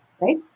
right